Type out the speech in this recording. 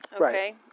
okay